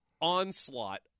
onslaught